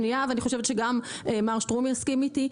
ואני חושבת שגם מר שטרום יסכים איתי,